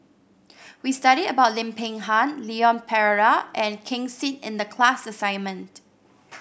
we study about Lim Peng Han Leon Perera and Ken Seet in the class assignment